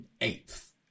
eighth